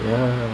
ya